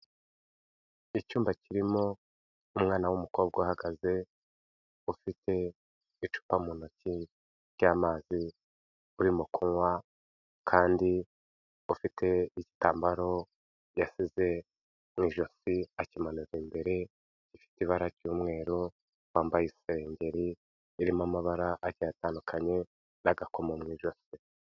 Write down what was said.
Icyumba kirimo umwana w'umukobwa uhagaze ufite icupa mu ntoki ry'amazi uririmo kunywa kandi ufite igitambaro yashyize mu ijosi akimanurira imbere, ifite ibara ry'umweru wambaye isengeri irimo amabara agiye atandukanye n'agakomo mu ijosi.